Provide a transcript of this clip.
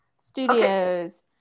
Studios